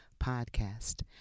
podcast